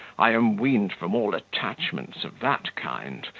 i am weaned from all attachments of that kind,